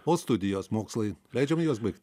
o studijos mokslai leidžiama juos baigti